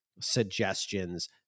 suggestions